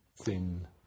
thin